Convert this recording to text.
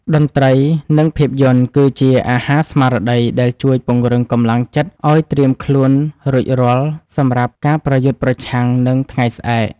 តន្ត្រីនិងភាពយន្តគឺជាអាហារស្មារតីដែលជួយពង្រឹងកម្លាំងចិត្តឱ្យត្រៀមខ្លួនរួចរាល់សម្រាប់ការប្រយុទ្ធប្រឆាំងនឹងថ្ងៃស្អែក។